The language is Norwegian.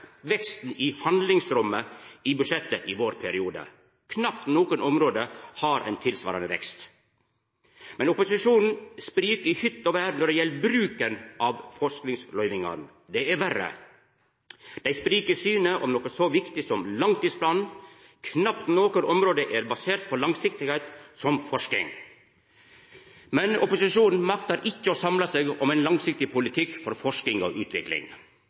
veksten i handlingsrommet i budsjettet i vår periode. Knapt noko område har ein tilsvarande vekst. Men opposisjonen sprik i hytt og vêr når det gjeld bruken av forskingsløyvingane. Det er verre. Det sprikjer i synet på noko så viktig som langtidsplanen. Knapt noko område er så basert på det å vera langsiktig som forsking. Men opposisjonen maktar ikkje å samla seg om ein langsiktig politikk for forsking og utvikling.